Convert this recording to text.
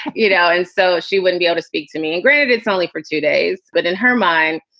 you know, and so she wouldn't be able to speak to me. and granted, it's only for two days, but in her mind,